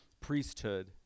priesthood